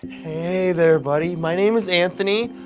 hey there, buddy. my name is anthony.